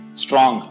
strong